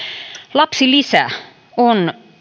lapsilisä on